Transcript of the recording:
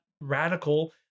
radical